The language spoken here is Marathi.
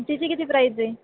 तिची किती प्राईज आहे